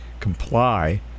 comply